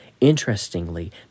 Interestingly